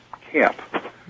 camp